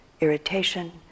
irritation